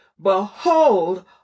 Behold